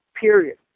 period